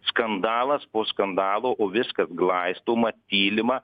skandalas po skandalo o viskas glaistoma tylima